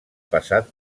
passat